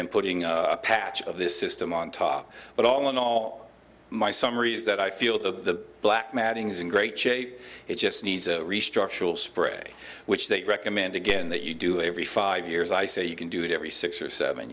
then putting a patch of this system on top but all in all my summary is that i feel the black matting is in great shape it just needs a restructuring spray which they recommend again that you do every five years i say you can do it every six or seven